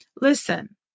listen